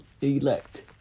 elect